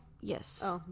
Yes